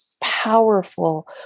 powerful